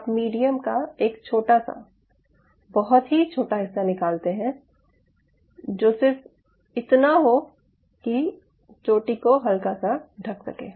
आप मीडियम का एक छोटा सा बहुत ही छोटा हिस्सा निकालते हैं जो सिर्फ इतना हो कि चोटी को हल्का सा ढक सके